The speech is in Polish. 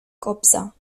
kobza